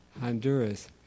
Honduras